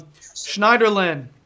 Schneiderlin